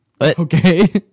Okay